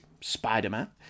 Spider-Man